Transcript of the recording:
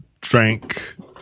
drank